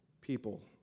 people